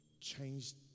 changed